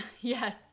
Yes